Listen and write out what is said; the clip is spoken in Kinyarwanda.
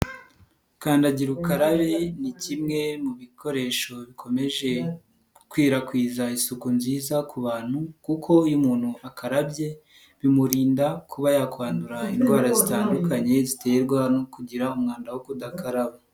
Kandagira ukarabe ni kimwe mu bikoresho bikomeje gukwirakwiza isuku nziza ku bantu kuko iyo umuntu akarabye, bimurinda kuba yakwandura indwara zitandukanye ziterwa no kugira umwanda wo kudakaraba.